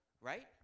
Right